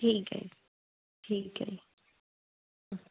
ਠੀਕ ਹੈ ਠੀਕ ਹੈ ਜੀ